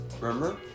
Remember